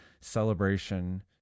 celebration